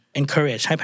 encourage